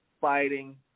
fighting